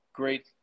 Great